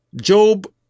Job